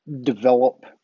develop